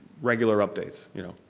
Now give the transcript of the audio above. regular updates. you know,